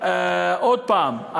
עוד הפעם,